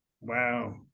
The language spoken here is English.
wow